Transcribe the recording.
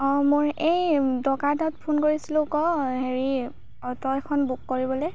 অঁ মোৰ এই দৰকাৰ এটাত ফোন কৰিছিলোঁ ক হেৰি অট' এখন বুক কৰিবলৈ